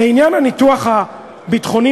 לעניין הניתוח הביטחוני-מדיני,